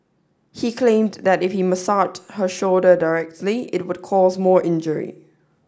he claimed that if he massaged her shoulder directly it would cause more injury